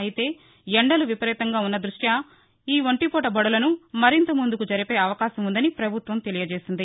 అయితే ఎండలు విపరీతంగా ఉన్న దృష్ట్యి ఈ ఒంటిపూట బడులను మరింత ముందుకు జరిపే అవకాశం ఉందని పభుత్వం తెలియజేసింది